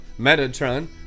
Metatron